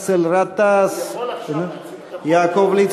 באסל גטאס, הוא יכול עכשיו להציג את, יעקב ליצמן.